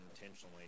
intentionally